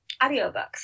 audiobooks